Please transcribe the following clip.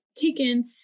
taken